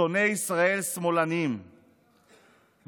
שונאי ישראל שמאלנים וכדומה.